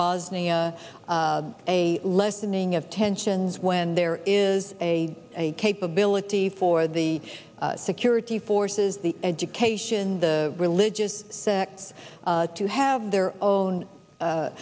bosnia a lessening of tensions when there is a capability for the security forces the education the religious sects to have their own